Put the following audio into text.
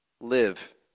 live